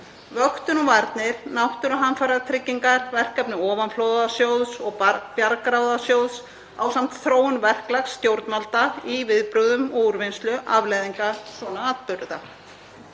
vöktun og varnir, náttúruhamfaratryggingar, verkefni ofanflóðasjóðs og Bjargráðasjóðs ásamt þróun verklags stjórnvalda í viðbrögðum og úrvinnslu afleiðinga svona atburða.